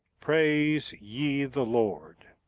praise ye the lord.